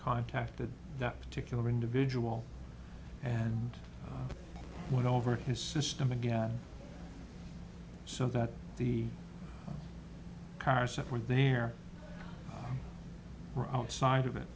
contacted that particular individual and went over to his system again so that the cars that were there were outside of it